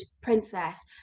princess